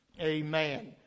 Amen